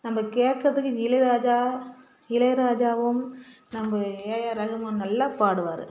நம்ப கேட்கறதுக்கு இளையராஜா இளையராஜாவும் நம்ப ஏஆர் ரஹ்மான் நல்லா பாடுவார்